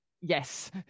Yes